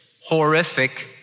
horrific